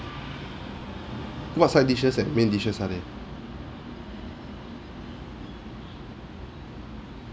what side dishes and main dishes are there